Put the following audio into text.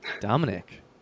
Dominic